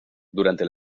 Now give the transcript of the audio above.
durante